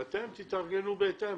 ואתם תתארגנו בהתאם,